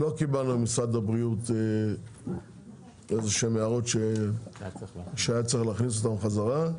לא קיבלנו ממשרד הבריאות איזה שהן הערות שהיה צריך להכניס אותן חזרה.